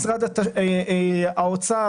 משרד האוצר,